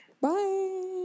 Bye